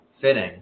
fitting